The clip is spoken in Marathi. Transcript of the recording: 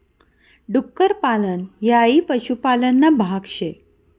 डुक्कर पालन हाई पशुपालन ना भाग शे